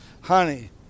honey